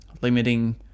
limiting